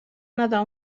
nedar